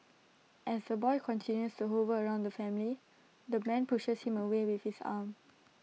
as the boy continues hover around the family the man pushes him away with his arm